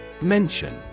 Mention